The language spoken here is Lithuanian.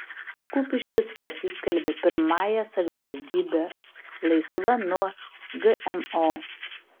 kupiškis pasiskelbė pirmąją savivaldybe laisva nuo gmo